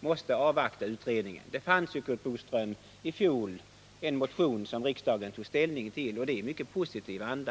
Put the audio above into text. måste vi avvakta utredningen. Det fanns ju, Curt Boström, i fjol en motion som riksdagen tog ställning till, och det i mycket positiv anda.